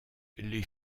les